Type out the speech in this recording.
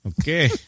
Okay